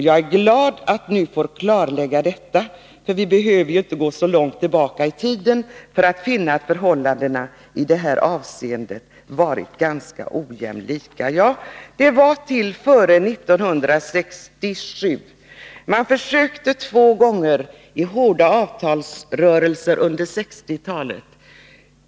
Jag är glad att jag nu får klarlägga detta, för vi behöver ju inte gå så långt tillbaka i tiden för att finna att förhållandena i det här avseendet varit ganska ojämlika.” Ja, det var före 1967. Man försökte två gånger i hårda avtalsrörelser under 1960-talet.